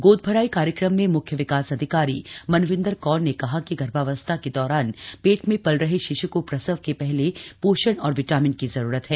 गोदभराई कार्यक्रम में म्ख्य विकास अधिकारी मनविंदर कौर ने कहा कि गर्भावस्था के दौरान पेट में पल रहे शिश् को प्रसव के पहले पोषण और विटामिन की जरूरत है